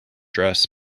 dress